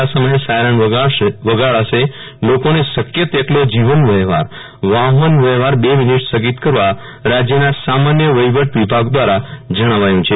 આ સમયે સાયરન વગાડાસે લોકોને શક્ય તેટલો જીવન વ્યવહારવાહન વ્યવહાર બે મિનિટ સ્થગિત કરવા ગુ જરાત રાજ્યના સામાન્ય વહીવટ વિભાગ દ્રારા જણાવાયુ છે